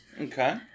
Okay